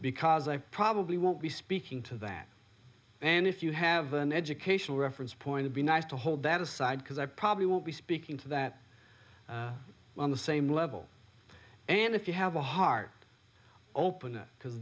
because i probably won't be speaking to that and if you have an educational reference point to be nice to hold that aside because i probably will be speaking to that on the same level and if you have a heart open